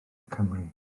cymru